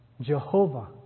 Jehovah